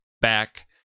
back